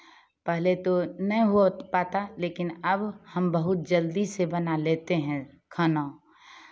पहले तो नहीं हो पाता लेकिन अब हम बहुत जल्दी से बना लेते हैं खाना